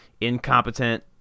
incompetent